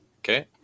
Okay